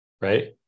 right